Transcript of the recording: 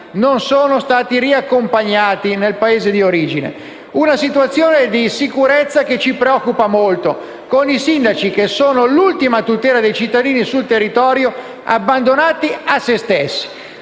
non sono stati riaccompagnati nel Paese d'origine. È una situazione di sicurezza che ci preoccupa molto, con i sindaci, che sono l'ultima tutela dei cittadini sul territorio, abbandonati a se stessi.